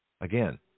Again